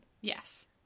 Yes